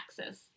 access